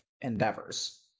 endeavors